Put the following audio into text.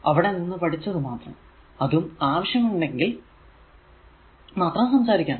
അവിടെ നിന്ന് പഠിച്ചത് മാത്രം അതും ആവശ്യമുണ്ടെങ്കിൽ മാത്രം സംസാരിക്കാം